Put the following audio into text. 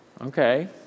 Okay